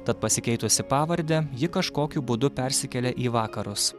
tad pasikeitusi pavardę ji kažkokiu būdu persikėlė į vakarus